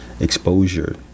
exposure